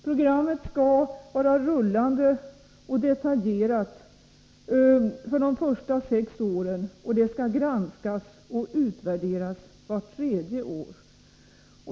Programmet skall vara rullande och detaljerat för de första sex åren, och det skall granskas och utvärderas vart tredje år.